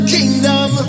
Kingdom